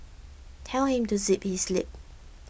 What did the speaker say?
tell him to zip his lip